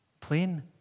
plain